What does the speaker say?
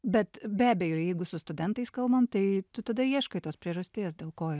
bet be abejo jeigu su studentais kalbam tai tu tada ieškai tos priežasties dėl ko